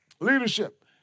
leadership